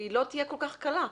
לא תהיה כל כך קלה.